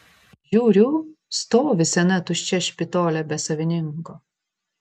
žiūriu stovi sena tuščia špitolė be savininko